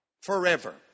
forever